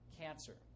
cancer